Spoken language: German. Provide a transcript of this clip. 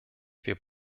wir